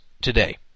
today